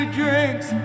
drinks